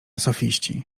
sofiści